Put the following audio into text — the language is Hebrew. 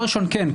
כן,